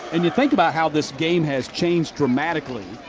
and you think about how this game has changed dramatically.